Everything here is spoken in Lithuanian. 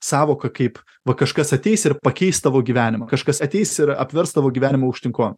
sąvoką kaip va kažkas ateis ir pakeis tavo gyvenimą kažkas ateis ir apvers tavo gyvenimą aukštyn ko